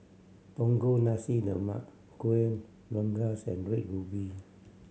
Punggol Nasi Lemak Kueh Rengas and Red Ruby